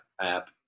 app